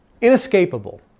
inescapable